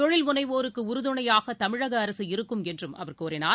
தொழில் முனைவோருக்குஉறுதுணையாகதமிழகஅரசு இருக்கும் என்றுஅவர் கூறினார்